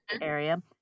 area